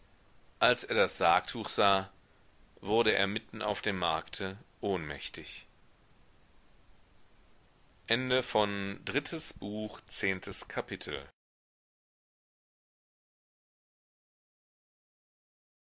als er das sargtuch sah wurde er mitten auf dem markte ohnmächtig elftes kapitel